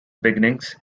beginnings